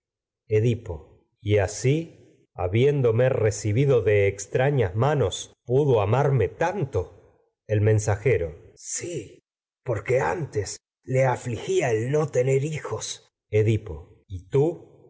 te reci de mis como presente recibido de extrañas edipo y manos el asi habiéndome tanto pudo amarme mensajero sí porque antes le afligía el no tener hijos edipo y tii